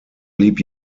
blieb